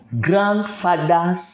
grandfathers